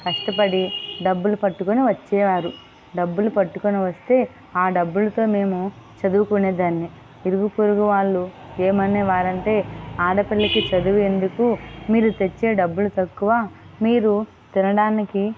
కష్టపడి డబ్బులు పట్టుకుని వచ్చేవారు డబ్బులు పట్టుకుని వస్తే ఆ డబ్బులతో మేము చదువుకునే దాన్ని ఇరుగుపొరుగు వాళ్ళు ఏమనేవారు అంటే ఆడపిల్లకి చదువు ఎందుకు మీరు తెచ్చే డబ్బులు తక్కువ మీరు తినడానికి